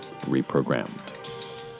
reprogrammed